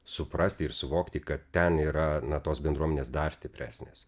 suprasti ir suvokti kad ten yra na tos bendruomenės dar stipresnės